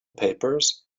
papers